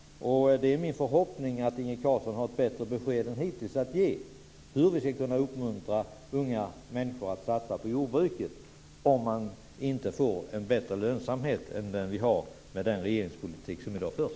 Det är min förhoppning att Inge Carlsson har ett bättre besked att ge än vi hittills har fått om hur vi ska kunna uppmuntra unga människor att satsa på jordbruket om man inte får en bättre lönsamhet än den vi har i och med den regeringspolitik som i dag förs.